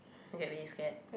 I get really scared